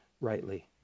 rightly